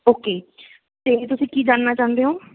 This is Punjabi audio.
ਓਕੇ ਅਤੇ ਤੁਸੀਂ ਕੀ ਜਾਣਨਾ ਚਾਹੁੰਦੇ ਹੋ